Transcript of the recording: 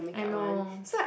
I know